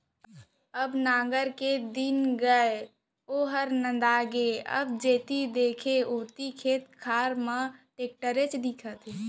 अब नांगर के दिन गय ओहर नंदा गे अब जेती देख ओती खेत खार मन म टेक्टरेच दिखत हे